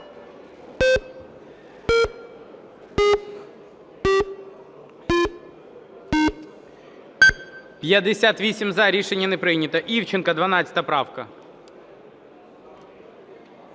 За-58 Рішення не прийнято. Івченко, 12 правка.